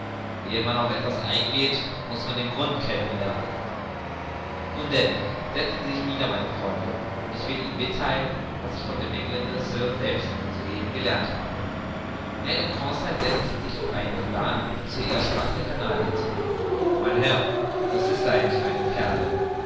ehe man auf etwas eingeht muß man den grund kennen lernen nun denn setzen sie sich nieder meine freunde und ich will ihnen mittheilen was ich von dem engländer sirr selbst soeben gelernt habe ne und conseil setzten sich auf einen divan und zuerst sprach der canadier zu mir mein herr was ist denn eigentlich eine perle